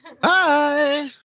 bye